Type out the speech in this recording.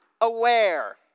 aware